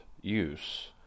use